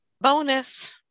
bonus